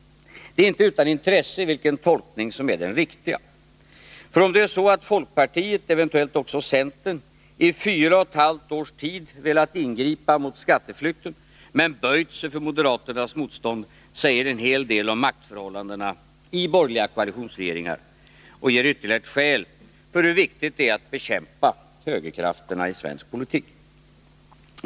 Det är inte utan intresse vilken tolkning som är den riktiga. För om det är så att folkpartiet, och eventuellt också centern, i fyra och ett halvt års tid velat ingripa mot skatteflykten men böjt sig för moderaternas motstånd, säger det en hel del om maktförhållandena i borgerliga koalitionsregeringar och ger ytterligare ett skäl för hur viktigt det är att bekämpa högerkrafterna i svensk politik.